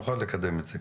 נוכל לקדם את זה.